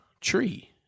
tree